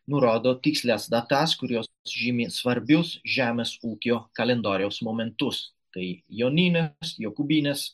nurodo tikslias datas kurios žymi svarbius žemės ūkio kalendoriaus momentus kai joninės jokubinės